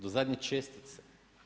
Do zadnje čestice.